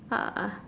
uh